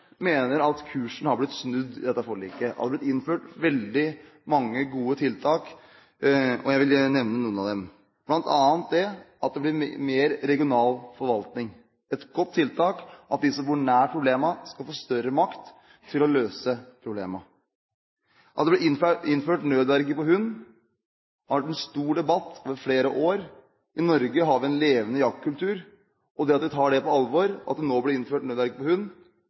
mener at kursen har blitt snudd i dette forliket, og at det har blitt innført veldig mange gode tiltak. Jeg vil nevne noen av dem. Det blir bl.a. mer regional forvaltning – et godt tiltak for at de som bor nær problemene, skal få større makt til å løse dem. Det blir innført nødverge for hund. Det har vært en stor debatt over flere år. I Norge har vi en levende jaktkultur, og det tar vi på alvor. At det nå blir innført nødverge